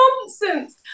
nonsense